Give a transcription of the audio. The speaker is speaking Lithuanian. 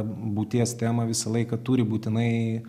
būties temą visą laiką turi būtinai